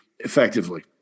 effectively